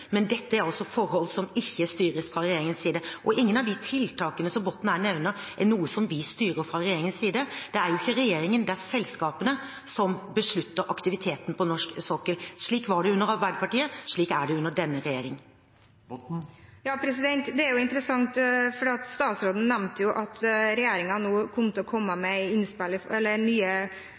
men dette er forhold som ikke styres fra regjeringens side – ingen av de tiltakene som Botten her nevner, er noe som vi styrer fra regjeringens side. Det er ikke regjeringen, det er selskapene, som beslutter aktiviteten på norsk sokkel. Slik var det under Arbeiderpartiet, slik er det under denne regjeringen. Det er interessant, for statsråden nevnte at regjeringen nå kommer til å komme med